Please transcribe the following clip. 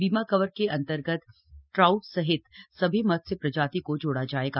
बीमा कवर के अन्तर्गत ट्राउट सहित सभी मत्स्य प्रजाति को जोड़ा जायेगा